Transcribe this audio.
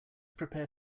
prepare